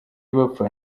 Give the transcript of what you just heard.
bapfa